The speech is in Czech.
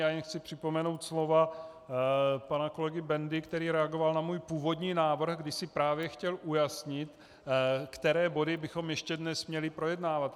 Jen chci připomenout slova pana kolegy Bendy, který reagoval na můj původní návrh, kdy si právě chtěl ujasnit, které body bychom ještě dnes měli projednávat.